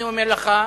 אני אומר לך: